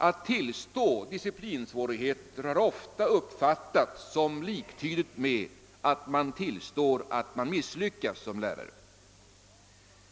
Att tillstå disciplinsvårigheter har ofta uppfattats som liktydigt med att man tillstår att man misslyckats som lärare.